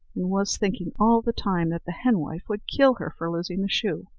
and was thinking all the time that the henwife would kill her for losing the shoe.